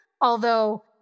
Although-